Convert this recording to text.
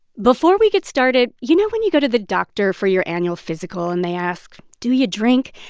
before we get started, you know when you go to the doctor for your annual physical, and they ask, do you drink?